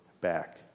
back